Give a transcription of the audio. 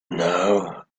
now